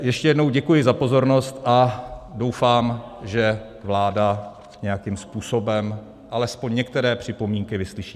Ještě jednou děkuji za pozornost a doufám, že vláda nějakým způsobem alespoň některé připomínky vyslyší.